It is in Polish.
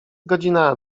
godzina